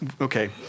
Okay